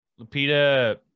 Lupita